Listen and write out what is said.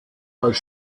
als